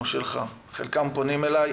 חלקם פונים אליי,